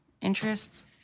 interests